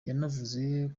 yanavuze